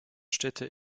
städte